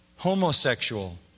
homosexual